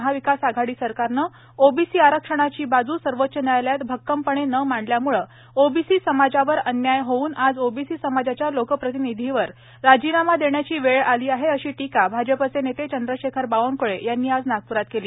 महाविकास आघाडी सरकारने ओबीसी आरक्षणाची बाजू सर्वोच्च न्यायालयात भक्कमपणे न मांडल्या मुळे ओबीसी समाजावर अन्याय होऊन आज ओबीसी समाजाच्या लोकप्रतिनिधीवर राजीनामा देण्याची वेळ आली आहे अशी टीका भाजपचे नेते चंद्रशेखर बावनक्ळे यांनी आज नागप्रात केली